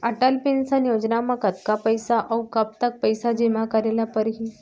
Atal pension योजना म कतका पइसा, अऊ कब तक पइसा जेमा करे ल परही?